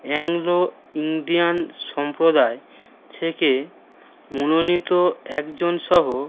Anglo Indian সম্প্রদায় থেকে মনোনীত একজন সহ